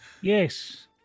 Yes